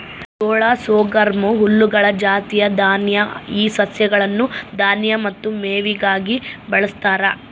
ಜೋಳ ಸೊರ್ಗಮ್ ಹುಲ್ಲುಗಳ ಜಾತಿಯ ದಾನ್ಯ ಈ ಸಸ್ಯಗಳನ್ನು ದಾನ್ಯ ಮತ್ತು ಮೇವಿಗಾಗಿ ಬಳಸ್ತಾರ